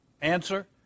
Answer